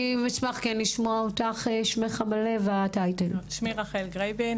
שמי רחל גרייבין,